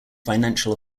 financial